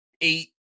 eight